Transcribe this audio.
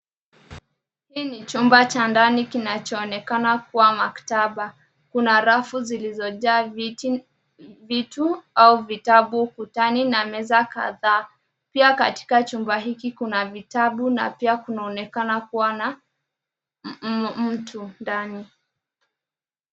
Hii ni chumba cha ndani kinachoonekana kuwa maktaba. Kuna rafu zilizojaa vitu au kutani na meza kadhaa. Pia katika chumba hiki kuna vitabu na pia kunaonekana kuwa na mtu ndani.